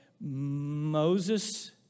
Moses